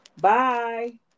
Bye